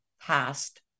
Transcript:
past